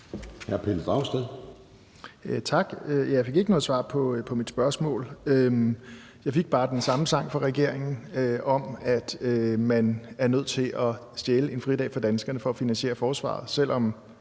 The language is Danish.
Tak. Jeg fik ikke noget svar på mit spørgsmål; jeg fik bare den samme sang fra regeringen om, at man er nødt til at stjæle en fridag fra danskerne for at finansiere forsvaret,